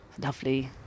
lovely